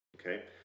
okay